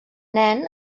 nen